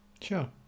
Sure